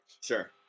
Sure